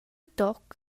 toc